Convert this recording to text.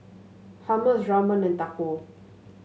Hummus Ramen and Tacos